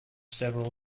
several